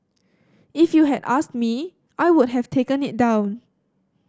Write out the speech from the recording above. if you had asked me I would have taken it down